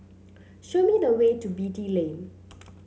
show me the way to Beatty Lane